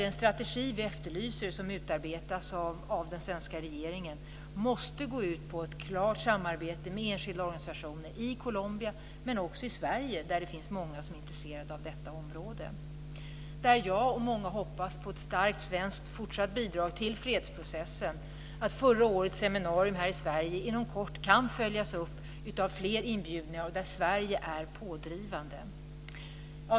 Den strategi vi efterlyser som ska utarbetas av den svenska regeringen måste gå ut på ett klart samarbete med enskilda organisationer i Colombia, men också i Sverige där det finns många som är intresserade av detta område. Jag och många med mig hoppas på ett starkt svenskt fortsatt bidrag till fredsprocessen och att förra årets seminarium här i Sverige inom kort kan följas upp av fler inbjudningar där Sverige är pådrivande.